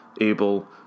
able